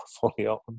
portfolio